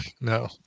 No